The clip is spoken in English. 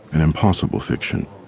an impossible fiction.